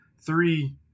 three